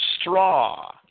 straw